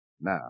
Now